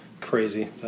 crazy